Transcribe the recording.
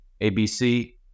ABC